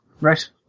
Right